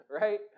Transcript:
Right